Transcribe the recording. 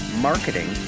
marketing